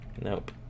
Nope